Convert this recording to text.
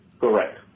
Correct